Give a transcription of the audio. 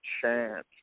chance